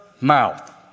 mouth